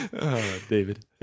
David